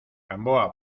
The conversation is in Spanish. gamboa